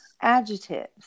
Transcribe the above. adjectives